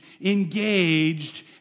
engaged